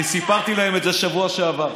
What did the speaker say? אני סיפרתי להם את זה בשבוע שעבר,